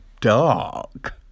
dark